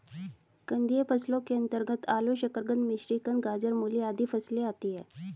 कंदीय फसलों के अंतर्गत आलू, शकरकंद, मिश्रीकंद, गाजर, मूली आदि फसलें आती हैं